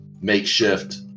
makeshift